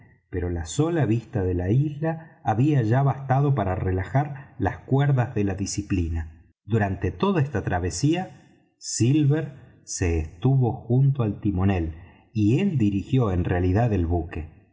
pero la sola vista de la isla había ya bastado para relajar las cuerdas de la disciplina durante toda esta travesía silver se estuvo junto al timonel y dirigió en realidad el buque